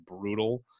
brutal